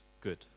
good